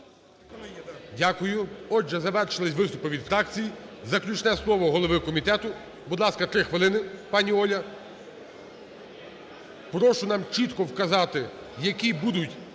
Дякую. Отже, завершилися виступи від фракцій. Заключне слово голові комітету, будь ласка, 3 хвилини, пані Оля. Прошу нам чітко вказати, які будуть